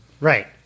Right